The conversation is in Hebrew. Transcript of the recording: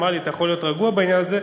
אמר לי: אתה יכול להיות רגוע בעניין הזה,